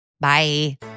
Bye